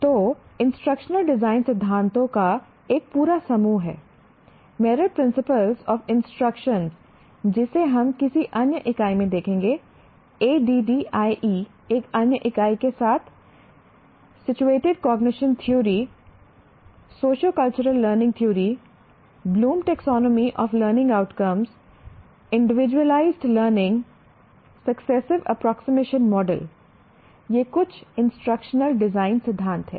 तो instructional design सिद्धांतों का एक पूरा समूह है Merrill principles of instruction Merrill's principles of instruction जिसे हम किसी अन्य इकाई में देखेंगे ADDIE एक अन्य इकाई के साथ situated cognition theory sociocultural learning theory Bloom taxonomy of learning outcomes Bloom's taxonomy of learning outcomes individualized learning successive approximation model ये कुछ इंस्ट्रक्शनल डिजाइन सिद्धांत हैं